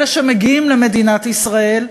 אלה שמגיעים למדינת ישראל,